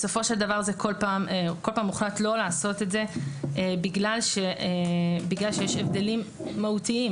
בסופו של דבר כל פעם הוחלט לא לעשות את זה בגלל שיש הבדלים מהותיים,